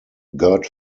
god